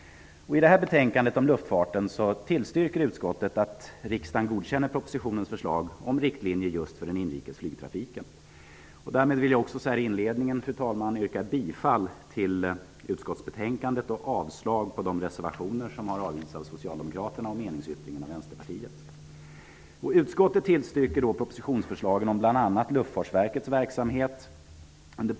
I det här betänkandet om luftfarten tillstyrker utskottet att riksdagen godkänner propositionens förslag om riktlinjer för just inrikes flygtrafik. Därmed vill jag också inledningsvis yrka bifall till utskottets hemställan i betänkandet samt avslag på alla de reserverationer som har avgivits av Socialdemokraterna. Dessutom yrkar jag avslag beträffande Vänsterpartiets meningsyttring.